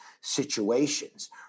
situations